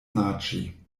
naĝi